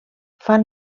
fan